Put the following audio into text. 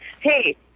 Hey